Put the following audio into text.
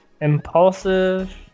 Impulsive